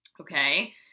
Okay